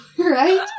Right